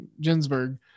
Ginsburg